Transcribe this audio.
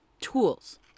tools